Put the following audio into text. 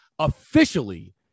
officially